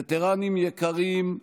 וטרנים יקרים,